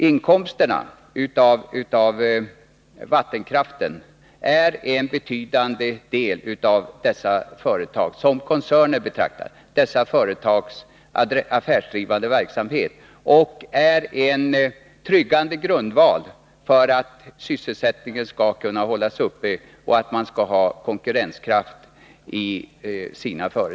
Inkomsterna av vattenkraften utgör en betydande del av dessa företags affärsdrivande verksamhet, som koncerner betraktade, och är en trygghetsskapande grundval för att sysselsättningen skall kunna hållas uppe och för att företagen skall vara konkurrenskraftiga.